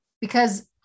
because-